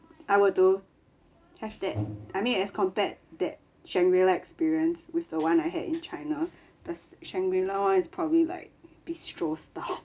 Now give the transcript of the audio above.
I were to have that I mean as compared that shangri la experience with the one I had in china the shangri la [one] is probably like bistro style